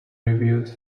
reviews